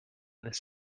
this